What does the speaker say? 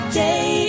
day